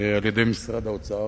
וגידול במספר המשפחות הנזקקות,